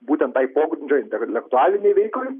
būtent tai pogrindžio intelektualinei veiklai